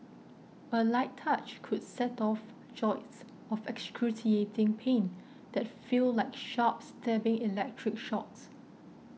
a light touch could set off jolts of excruciating pain that feel like sharp stabbing electric shocks